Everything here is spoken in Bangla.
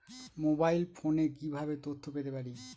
মোবাইল ফোনে কিভাবে তথ্য পেতে পারি?